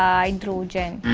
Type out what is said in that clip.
hydrogen.